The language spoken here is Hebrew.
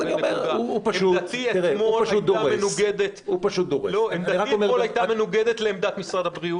עמדתי אתמול היתה מנוגדת לעמדת משרד הבריאות.